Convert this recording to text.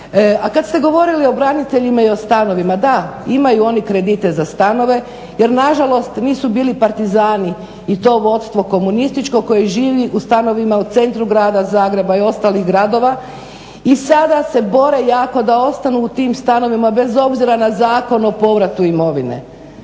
A kad ste govorili o braniteljima i o stanovima, da imaju oni kredite za stanove jer na žalost nisu bili partizani i to vodstvo komunističko koje živi u stanovima u centru grada Zagreba i ostalih gradova i sada se bore jako da ostanu u tim stanovima bez obzira na Zakon o povratu imovine.